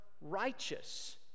righteous